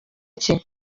cye